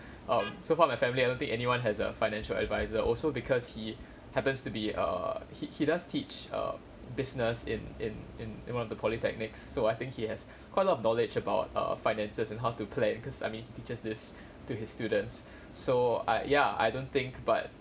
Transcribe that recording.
um so far my family I don't think anyone has a financial advisor also because he happens to be err he he does teach err business in in in in one of the polytechnics so I think he has quite a lot of knowledge about err finances and how to play because I mean he teaches this to his students so uh ya I don't think but